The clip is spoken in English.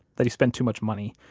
that he spent too much money,